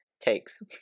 takes